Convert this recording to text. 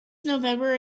november